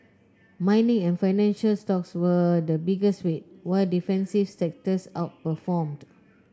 mining and financial stocks were the biggest weight while defensive sectors outperformed